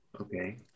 Okay